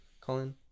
Colin